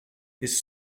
his